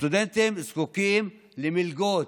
הסטודנטים זקוקים למלגות.